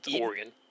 Oregon